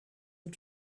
and